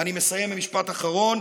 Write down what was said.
ואני מסיים במשפט אחרון,